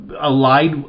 allied